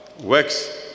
works